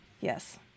Yes